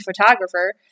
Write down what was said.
photographer